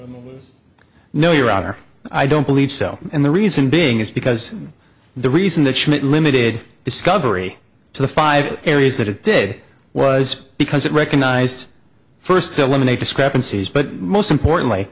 or no your honor i don't believe so and the reason being is because the reason that schmidt limited discovery to the five areas that it did was because it recognized first eliminate discrepancies but most importantly